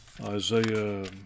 Isaiah